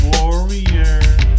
Warriors